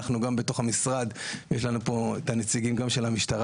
אנחנו גם בתוך המשרד ויש פה גם את הנציגים של המשטרה